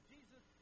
Jesus